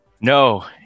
No